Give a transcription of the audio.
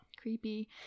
Creepy